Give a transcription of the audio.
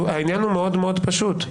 העניין הוא מאוד מאוד פשוט.